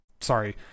sorry